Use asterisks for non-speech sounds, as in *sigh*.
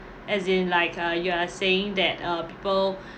as in like uh you are saying that uh people *breath*